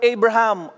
Abraham